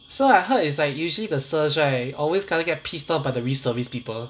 so I heard is like usually the sirs right always kena get pissed off by the reservice of people